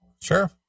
Sure